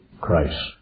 Christ